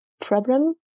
problem